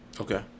okay